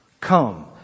Come